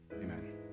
Amen